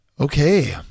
Okay